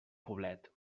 poblet